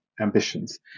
ambitions